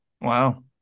Wow